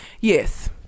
Yes